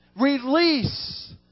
Release